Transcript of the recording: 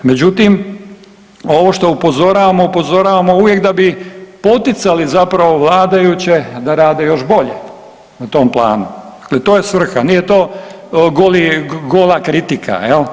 Međutim, ovo što upozoravamo upozoravamo uvijek da bi poticali zapravo vladajuće da rade još bolje na tom planu, dakle to je svrha, nije to gola kritika jel.